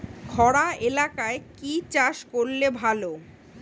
খরা এলাকায় কি চাষ করলে ভালো?